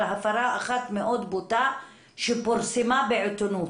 הפרה אחת מאוד בוטה שפורסמה בעיתונות.